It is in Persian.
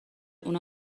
اونا